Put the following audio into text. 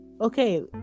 okay